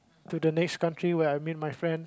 to the next country where I meet my friends